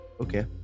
Okay